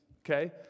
Okay